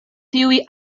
tiuj